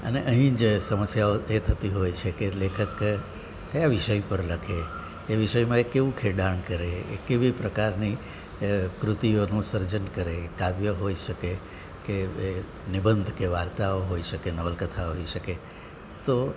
અને અહીં જે સમસ્યાઓ એ થતી હોય છે કે લેખક કયા વિષય ઉપર લખે એ વિષયમાં એ કેવું ખેડાણ કરે એ કેવી પ્રકારની કૃતિઓનું સર્જન કરે કાવ્ય હોઈ શકે કે નિબંધ કે વાર્તાઓ હોઈ શકે નવલકથા હોઈ શકે તો